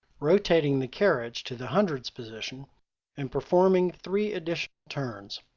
rotating the carriage to the hundreds position and performing three addition turns,